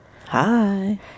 Hi